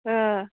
औ